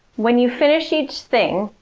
when you finish each thing,